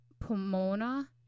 Pomona